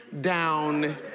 down